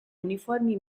uniformi